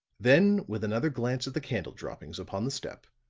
then with another glance at the candle droppings upon the step,